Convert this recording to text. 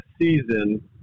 season